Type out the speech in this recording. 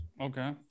Okay